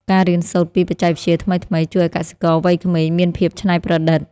ការរៀនសូត្រពីបច្ចេកវិទ្យាថ្មីៗ ជួយឱ្យកសិករវ័យក្មេងមានភាពច្នៃប្រឌិត។